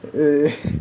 eh